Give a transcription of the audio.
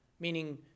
meaning